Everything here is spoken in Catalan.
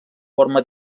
forma